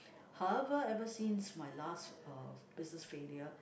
however ever since my last uh business failure